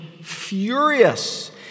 furious